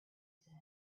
said